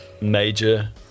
major